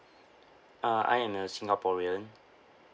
uh I am a singaporean